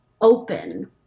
open